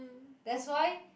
that's why